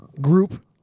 group